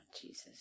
Jesus